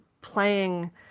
playing